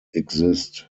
exist